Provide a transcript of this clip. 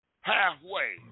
halfway